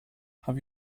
have